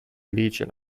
legion